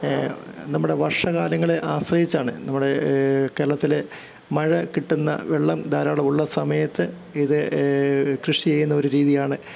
നമ്മുടെ വർഷകാലങ്ങളെ ആശ്രയിച്ചാണ് നമ്മുടേ കേരളത്തിലെ മഴ കിട്ടുന്ന വെള്ളം ധാരാളമുള്ള സമയത്ത് ഇത് കൃഷിയ്യ്ന്ന ഒരു രീതിയാണ്